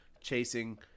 chasing